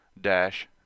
dash